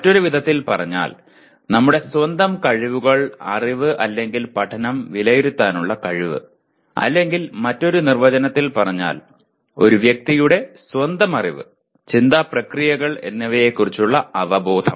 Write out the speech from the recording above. മറ്റൊരു വിധത്തിൽ പറഞ്ഞാൽ നമ്മുടെ സ്വന്തം കഴിവുകൾ അറിവ് അല്ലെങ്കിൽ പഠനം വിലയിരുത്താനുള്ള കഴിവ് അല്ലെങ്കിൽ മറ്റൊരു നിർവചനത്തിൽ പറഞ്ഞാൽ ഒരു വ്യക്തിയുടെ സ്വന്തം അറിവ് ചിന്താ പ്രക്രിയകൾ എന്നിവയെക്കുറിച്ചുള്ള അവബോധം